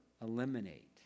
eliminate